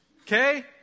Okay